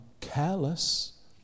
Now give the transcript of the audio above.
careless